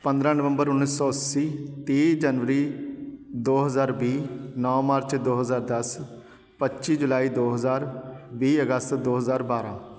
ਪੰਦਰ੍ਹਾਂ ਨਵੰਬਰ ਉੱਨੀ ਸੌ ਅੱਸੀ ਤੀਹ ਜਨਵਰੀ ਦੋ ਹਜ਼ਾਰ ਵੀਹ ਨੌ ਮਾਰਚ ਦੋ ਹਜ਼ਾਰ ਦਸ ਪੱਚੀ ਜੁਲਾਈ ਦੋ ਹਜ਼ਾਰ ਵੀਹ ਅਗਸਤ ਦੋ ਹਜ਼ਾਰ ਬਾਰ੍ਹਾਂ